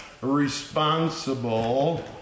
responsible